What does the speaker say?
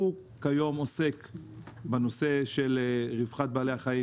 הוא עוסק כיום בנושא רווחת בעלי-החיים,